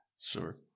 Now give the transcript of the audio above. sure